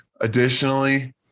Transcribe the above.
Additionally